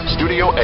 Studio